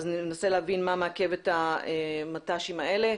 ננסה להבין מה מעכב את המט"שים האלה.